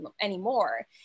anymore